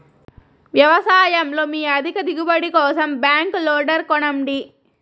వ్యవసాయంలో మీ అధిక దిగుబడి కోసం బ్యాక్ లోడర్ కొనండి